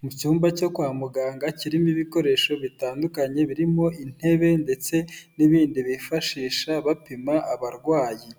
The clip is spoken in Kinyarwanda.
Mu cyumba cyo kwa muganga kirimo ibikoresho bitandukanye birimo intebe ndetse n'ibindi bifashisha bapima abarwayi,